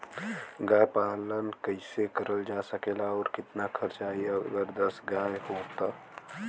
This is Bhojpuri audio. गाय पालन कइसे करल जा सकेला और कितना खर्च आई अगर दस गाय हो त?